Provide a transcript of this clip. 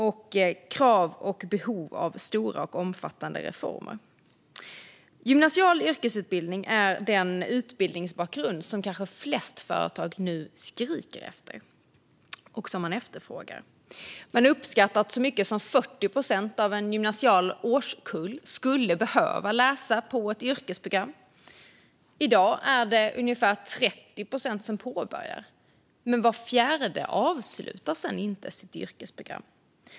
Det finns behov av stora och omfattande reformer. Gymnasial yrkesutbildning är nu kanske den utbildningsbakgrund som flest företag skriker efter och efterfrågar. Man uppskattar att så mycket som 40 procent av en gymnasial årskull skulle behöva läsa på ett yrkesprogram. I dag är det ungefär 30 procent som påbörjar ett yrkesprogram, men var fjärde avslutar det sedan inte.